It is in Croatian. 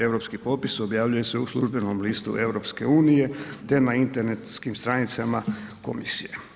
Europski popis objavljuje se u službenom listu EU te na internetskim stranicama komisije.